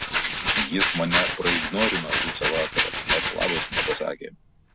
jis mane praignorino visą vakarą net labas nepasakė